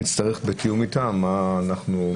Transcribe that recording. נצטרך בתיאום איתם מה אנחנו,